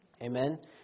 Amen